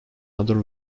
other